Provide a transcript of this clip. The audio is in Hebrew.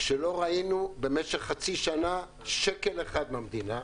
כשלא ראינו במשך חצי שנה שקל אחד מהמדינה,